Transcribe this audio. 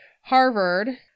Harvard